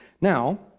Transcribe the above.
Now